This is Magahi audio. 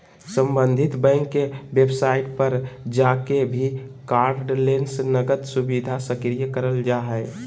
सम्बंधित बैंक के वेबसाइट पर जाके भी कार्डलेस नकद सुविधा सक्रिय करल जा हय